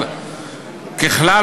ככלל,